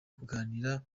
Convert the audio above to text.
kuganira